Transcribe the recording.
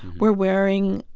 we're wearing,